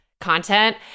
content